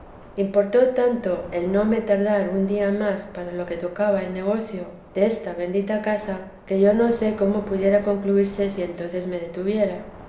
importó tanto el no me tardar un día más para lo que tocaba al negocio de esta bendita casa que yo no sé cómo pudiera concluirse si entonces me detuviera